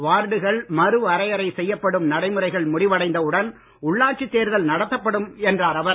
வார்டுகள் மறுவரையறை செய்யப்படும் நடைமுறைகள் முடிவடைந்தவுடன் உள்ளாட்சித் தேர்தல் நடத்தப்படும் என்றார் அவர்